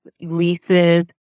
leases